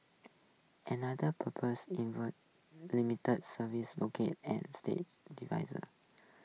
another proposal involves limiting service local and state